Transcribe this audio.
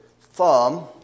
thumb